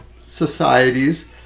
societies